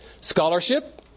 Scholarship